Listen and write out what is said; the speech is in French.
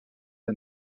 des